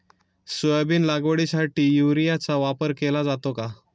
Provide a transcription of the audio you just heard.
Soybean लागवडीसाठी युरियाचा वापर केला जातो का?